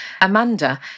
Amanda